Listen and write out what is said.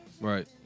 Right